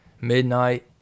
midnight